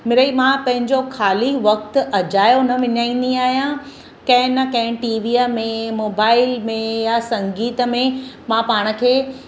मिड़ेई मां पंहिंजो खाली वक़्तु अॼायो न विञाईंदी आहियां कंहिं ना कंहिं टीवीअ में मोबाइल में या संगीत में मां पाण खे